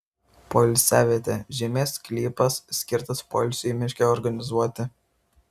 poilsiavietė žemės sklypas skirtas poilsiui miške organizuoti